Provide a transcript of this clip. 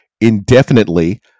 indefinitely